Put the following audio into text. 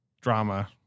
drama